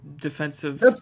defensive